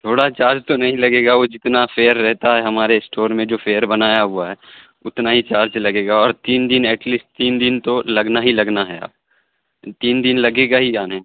تھوڑا چارج تو نہیں لگے گا وہ جتنا فیئر رہتا ہے ہمارے اسٹور میں جو فیئر بنایا ہوا ہے اتنا ہی چارج لگے گا اور تین دن ایٹ لیسٹ تین دن تو لگنا ہی لگنا ہے اب تین دن لگے گا ہی جانے